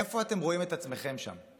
איפה אתם רואים את עצמכם שם?